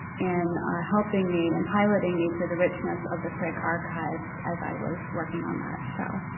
in helping me and piloting me through the richness of the frick archives as i was working on that show.